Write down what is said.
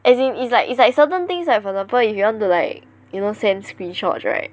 as in it's like it's like certain things like for example if you want to like you know like send screenshots right